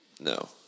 No